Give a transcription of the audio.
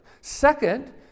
Second